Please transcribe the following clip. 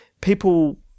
people